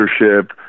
leadership